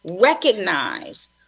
recognize